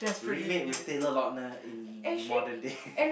remade with Taylor-Lautner in modern day